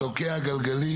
זה תוקע גלגלים